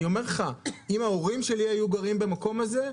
אני אומר לך שאם ההורים שלי היו גרים במקום הזה,